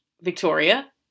Victoria